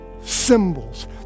symbols